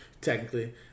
Technically